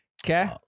Okay